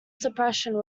suppression